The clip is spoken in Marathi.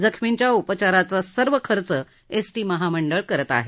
जखर्मींच्या उपचाराचा सर्व खर्च एसटी महामंडळ करत आहे